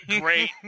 great